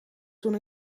toen